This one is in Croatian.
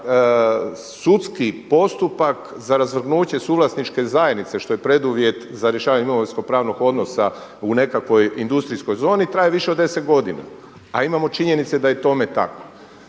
da sudski postupak za razvrgnuće suvlasničke zajednice što je preduvjet za rješavanje imovinsko pravnog odnosa u nekakvoj industrijskoj zoni i traje više od 10 godina a imamo činjenice da je tome tako.